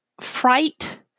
fright